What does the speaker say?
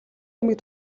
ирмэг